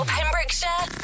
Pembrokeshire